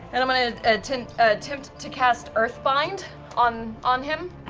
and i'm going to ah to attempt to cast earthbind on on him.